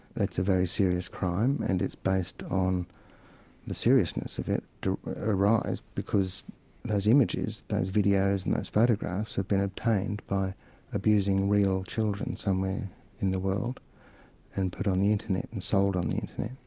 that's a very serious crime and it's based on the seriousness of it arrives because those images, those videos and those photographs, have been obtained by abusing real children somewhere in the world and put on the internet, and sold on the internet,